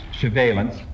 surveillance